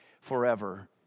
forever